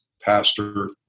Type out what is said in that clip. pastor